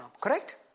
Correct